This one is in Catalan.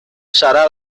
serà